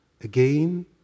again